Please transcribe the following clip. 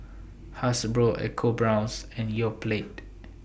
Hasbro EcoBrown's and Yoplait